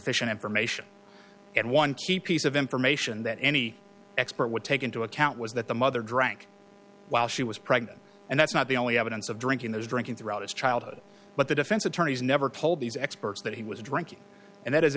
sufficient information and one key piece of information that any expert would take into account was that the mother drank while she was pregnant and that's not the only evidence of drinking those drinking throughout his childhood but the defense attorneys never told these experts that he was drinking and that is